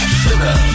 sugar